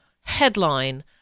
headline